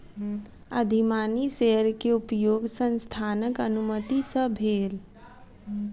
अधिमानी शेयर के उपयोग संस्थानक अनुमति सॅ भेल